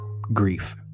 grief